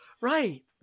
Right